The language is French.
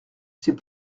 c’est